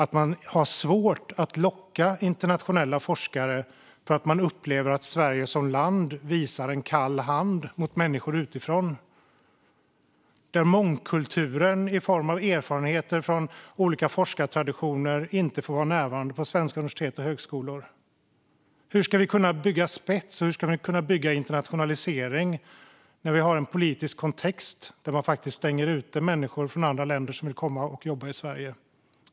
De har alltså svårt att locka internationella forskare för att det upplevs som att Sverige som land ger människor utifrån kalla handen. Mångkulturen i form av erfarenheter från olika forskartraditioner får alltså inte vara närvarande på svenska universitet och högskolor. Hur ska vi kunna bygga spets, och hur ska vi kunna bygga internationalisering när vi har en politisk kontext där man stänger ute människor från andra länder som vill komma och jobba i Sverige?